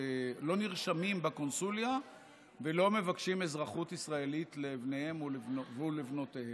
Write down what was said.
לא נרשמים בקונסוליה ולא מבקשים אזרחות ישראלית לבניהם ולבנותיהם.